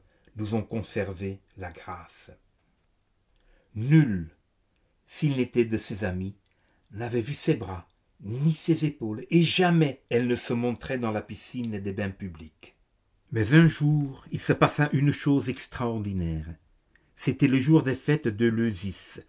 nous ont conservé la grâce nul s'il n'était de ses amis n'avait vu ses bras ni ses épaules et jamais elle ne se montrait dans la piscine des bains publics mais un jour il se passa une chose extraordinaire c'était le jour des fêtes